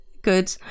Good